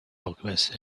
alchemist